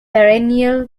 perennial